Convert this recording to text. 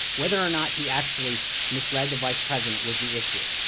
whether or not he actually misled the vice president was the issue.